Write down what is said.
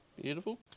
beautiful